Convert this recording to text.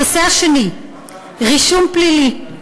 הנושא השני: רישום פלילי.